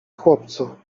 chłopcu